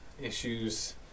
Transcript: issues